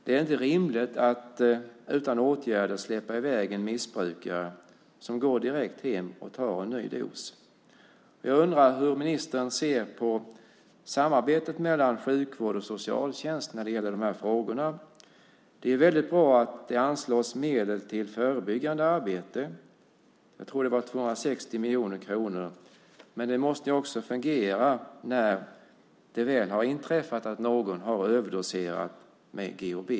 Det är inte rimligt att utan åtgärder släppa i väg en missbrukare som går direkt hem och tar en ny dos. Jag undrar hur ministern ser på samarbetet mellan sjukvård och socialtjänst i de här frågorna. Det är bra att det anslås medel till förebyggande arbete - jag tror att det var 260 miljoner kronor - men det måste också fungera när det väl har inträffat att någon har överdoserat GHB.